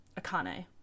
Akane